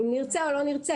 אם נרצה או לא נרצה,